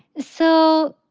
so,